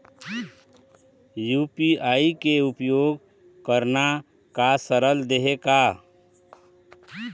UPI के उपयोग करना का सरल देहें का?